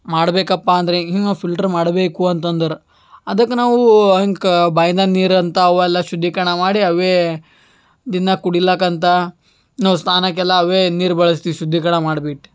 ಮಾಡಬೇಕಪ್ಪ ಅಂದರೆ ಇನ್ನು ಫಿಲ್ಟ್ರ್ ಮಾಡಬೇಕು ಅಂತಂದರ ಅದಕ್ಕೆ ನಾವು ಹಿಂಗೆ ಕ ಬಾವಿದಾಗ ನೀರು ಅಂತ ಅವೆಲ್ಲ ಶುದ್ಧೀಕರಣ ಮಾಡಿ ಅವೇ ದಿನ ಕುಡಿಲಾಕ್ಕಂತ ನಾವು ಸ್ನಾನಕೆಲ್ಲ ಅವೇ ನೀರು ಬಳಸ್ತೀವಿ ಶುದ್ಧೀಕರಣ ಮಾಡ್ಬಿಟ್ಟು